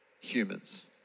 humans